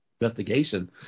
investigation